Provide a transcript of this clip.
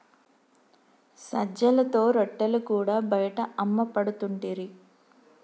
సజ్జలతో రొట్టెలు కూడా బయట అమ్మపడుతుంటిరి